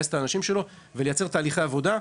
הוא צריך לגייס את האנשים שלו ולייצר תהליכי עבודה.